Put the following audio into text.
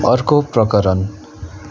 अर्को प्रकरण